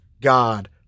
God